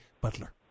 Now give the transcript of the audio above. Butler